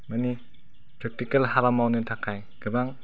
माने प्रेक्टिकेल हाबा मावनो थाखाय गोबां